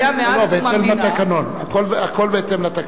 הכול בהתאם לתקנון.